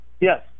Yes